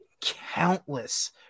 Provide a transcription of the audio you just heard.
countless